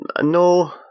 No